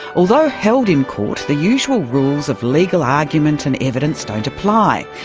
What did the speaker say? although held in court, the usual rules of legal argument and evidence don't apply,